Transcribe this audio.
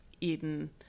eaten